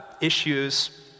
issues